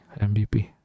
MVP